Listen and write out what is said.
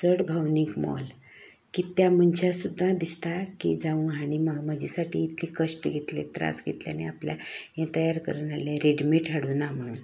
चड भावनीक मोल की त्या मनशाक सुद्दां दिसता की जावं हांणी म्हज्या साठी इतकें कश्ट घेतलें त्रास घेतलें आनी आपल्याक हें तयार करून जाल्लें रेडिमेड हाडूना म्हणून